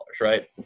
right